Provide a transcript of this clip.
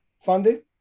funded